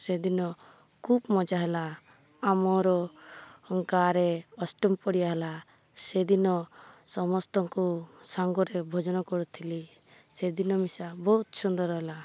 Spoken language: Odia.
ସେଦିନ ଖୁବ୍ ମଜା ହେଲା ଆମର ଗାଁରେ ଅଷ୍ଟମ ପ୍ରହରି ହେଲା ସେଦିନ ସମସ୍ତଙ୍କୁ ସାଙ୍ଗରେ ଭୋଜନ କରୁଥିଲି ସେଦିନ ମିଶା ବହୁତ ସୁନ୍ଦର ହେଲା